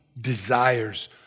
desires